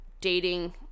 dating